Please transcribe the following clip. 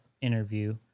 interview